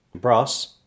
brass